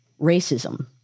racism